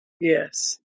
Yes